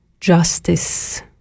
justice